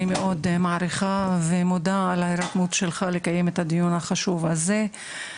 אני מאוד מעריכה ומודה לך על ההירתמות לקיום הדיון החשוב הזה.